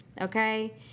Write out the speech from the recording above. okay